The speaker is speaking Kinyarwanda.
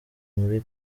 muri